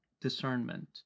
discernment